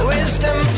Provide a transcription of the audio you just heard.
Wisdom